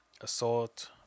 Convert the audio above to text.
assault